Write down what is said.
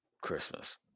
christmas